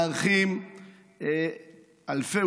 מארחים אלפי,